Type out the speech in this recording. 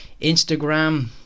Instagram